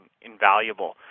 invaluable